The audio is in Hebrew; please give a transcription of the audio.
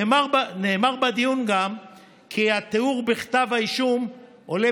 גם נאמר בדיון כי התיאור בכתב האישום עולה